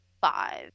five